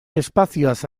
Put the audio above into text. espazioaz